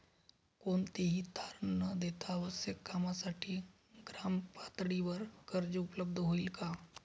कोणतेही तारण न देता आवश्यक कामासाठी ग्रामपातळीवर कर्ज उपलब्ध होईल का?